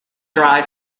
dry